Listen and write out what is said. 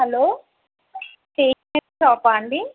hello stationery షాపా అండి